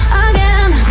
again